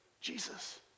Jesus